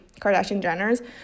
Kardashian-Jenners